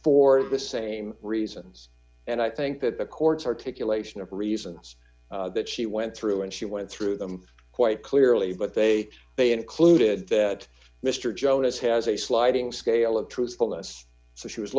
for the same reasons and i think that the court's articulation of reasons that she went through and she went through them quite clearly but they they included that mr jones has a sliding scale of truthfulness so she was